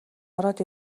ороод